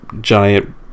giant